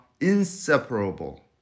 inseparable